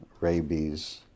rabies